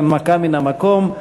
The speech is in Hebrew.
הנמקה מן המקום.